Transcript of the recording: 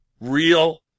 real